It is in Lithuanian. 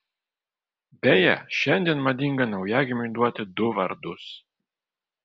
beje šiandien madinga naujagimiui duoti du vardus